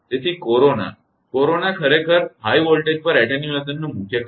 તેથી અને corona corona ખરેખર ઊંચા વોલ્ટેજ પર attenuation નું મુખ્ય કારણ છે